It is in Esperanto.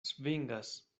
svingas